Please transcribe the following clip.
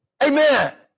Amen